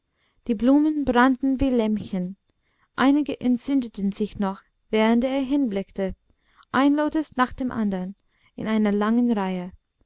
die blumen brannten wie lämpchen einige entzündeten sich noch während er hinblickte ein lotus nach dem andern in einer langen reihe